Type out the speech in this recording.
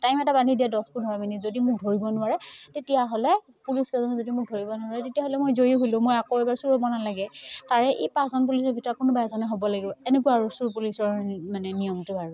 time এটা বান্ধি দিয়ে দহ পোন্ধৰ মিনিট যদি মোক ধৰিব নোৱাৰে তেতিয়াহ'লে পুলিচকেইজনে যদি মোক ধৰিব নোৱাৰে তেতিয়াহ'লে মই জয়ী হ'লোঁ মই আকৌ এইবাৰ চোৰ হ'ব নালাগে তাৰে এই পাঁচজন পুলিচৰ ভিতৰত কোনোবা এজনে হ'ব লাগিব এনেকুৱা আৰু চোৰ পুলিচৰ মানে নিয়মটো আৰু